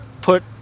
put